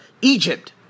Egypt